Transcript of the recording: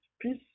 Peace